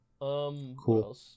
cool